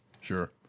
sure